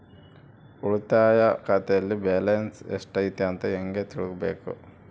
ಉಳಿತಾಯ ಖಾತೆಯಲ್ಲಿ ಬ್ಯಾಲೆನ್ಸ್ ಎಷ್ಟೈತಿ ಅಂತ ಹೆಂಗ ತಿಳ್ಕೊಬೇಕು?